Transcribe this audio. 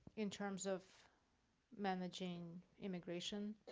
in terms of managing immigration,